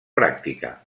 pràctica